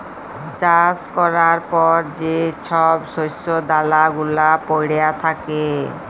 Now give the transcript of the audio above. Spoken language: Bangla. চাষ ক্যরার পর যে ছব শস্য দালা গুলা প্যইড়ে থ্যাকে